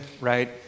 right